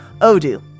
Odoo